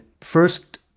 First